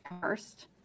first